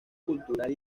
cultural